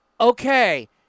okay